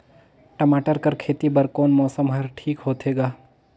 टमाटर कर खेती बर कोन मौसम हर ठीक होथे ग?